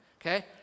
Okay